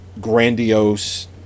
grandiose